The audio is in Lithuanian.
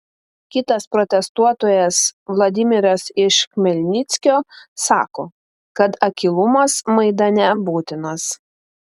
kitas protestuotojas vladimiras iš chmelnickio sako kad akylumas maidane būtinas